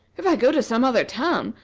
if i go to some other town,